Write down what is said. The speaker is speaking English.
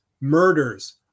murders